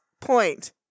point